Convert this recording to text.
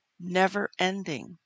never-ending